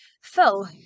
full